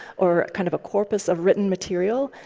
or kind of a corpus of written material,